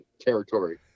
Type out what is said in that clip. territory